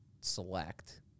select